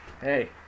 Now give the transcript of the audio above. Hey